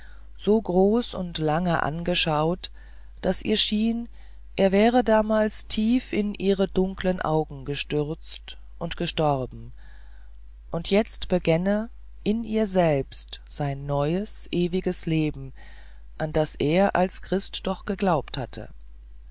so groß und lange angeschaut daß ihr schien er wäre damals tief in ihre dunklen augen gestürzt und gestorben und jetzt begänne in ihr selbst sein neues ewiges leben an das er als christ doch geglaubt hatte